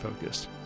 focused